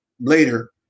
later